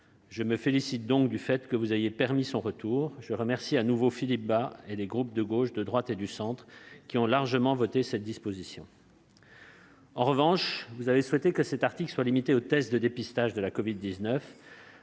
Je me félicite donc du fait que vous ayez permis son retour. Je remercie de nouveau Philippe Bas et les groupes de gauche, de droite et du centre qui ont largement voté cette disposition. En revanche, vous avez souhaité que cet article soit limité aux tests de dépistage de la covid-19,